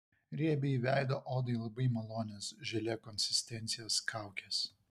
riebiai veido odai labai malonios želė konsistencijos kaukės